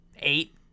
eight